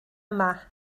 yma